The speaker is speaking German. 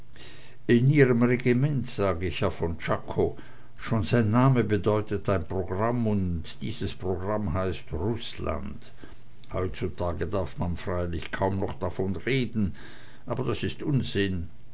regiment sag ich herr von czako schon sein name bedeutet ein programm und dies programm heißt rußland heutzutage darf man freilich kaum noch davon reden aber das ist unsinn